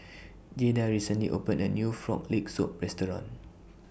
Jaeda recently opened A New Frog Leg Soup Restaurant